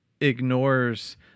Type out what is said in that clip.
ignores